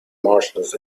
martians